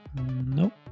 Nope